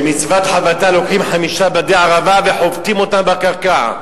במצוות חבטה לוקחים חמישה בדי ערבה וחובטים אותם בקרקע.